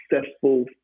successful